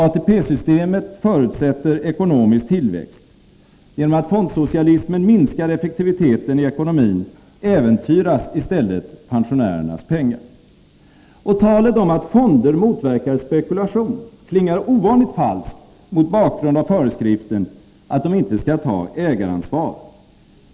ATP-systemet förutsätter ekonomisk tillväxt. Genom att fondsocialismen minskar effektiviteten i ekonomin, äventyras i stället pensionärernas pengar. Talet om att fonderna motverkar spekulation klingar ovanligt falskt mot bakgrund av föreskriften att de inte skall ta ägaransvar.